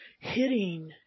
hitting